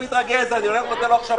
בשעה